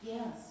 Yes